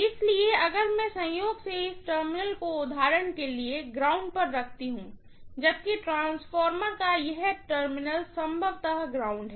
इसलिए अगर मैं संयोग से इस टर्मिनल को उदाहरण के लिए ग्राउंड पर रखती हूँ जबकि ट्रांसफार्मर का यह टर्मिनल संभवत ग्राउंड है